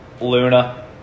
Luna